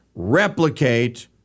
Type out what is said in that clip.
replicate